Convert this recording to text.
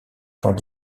temps